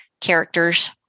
characters